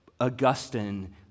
Augustine